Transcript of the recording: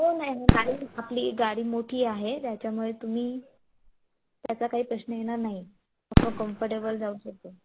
हो नाही हो चालेल आपली गाडी मोठी आहे त्याच्यामुळे तुम्ही त्याचा काही प्रश्न येणार नाही आपण कम्फर्टेबल जाऊ शकतो